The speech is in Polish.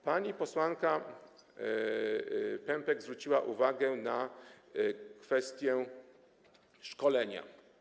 Pani posłanka Pępek zwróciła uwagę na kwestię szkolenia.